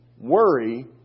worry